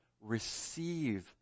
Receive